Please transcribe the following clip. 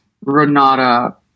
Renata